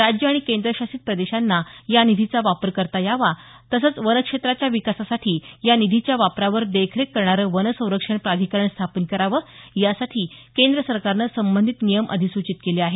राज्यं आणि केंद्रशासित प्रदेशांना या निधीचा वापर करता यावा तसंच वनक्षेत्राच्या विकासासाठी या निधीच्या वापरावर देखरेख करणारं वन संरक्षण प्राधिकरण स्थापन करावं यासाठी केंद्रसरकारनं संबंधित नियम अधिसूचित केले आहेत